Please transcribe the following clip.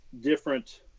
different